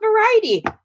variety